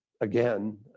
again